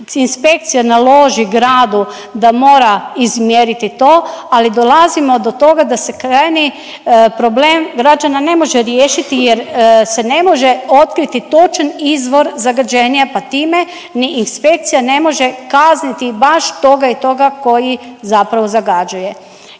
Inspekcija naloži gradu da mora izmjeriti to, ali dolazimo do toga da se krajnji problem građana ne može riješiti jer se ne može otkriti točan izvor zagađenja pa time ni inspekcija ne može kazniti baš toga i toga koji zapravo zagađuje.